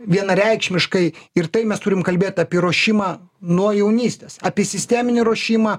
vienareikšmiškai ir tai mes turim kalbėt apie ruošimą nuo jaunystės apie sisteminį ruošimą